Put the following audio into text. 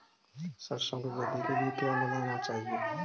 सरसों की वृद्धि के लिए क्या मिलाना चाहिए?